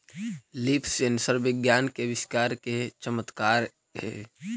leaf sensor विज्ञान के आविष्कार के चमत्कार हेयऽ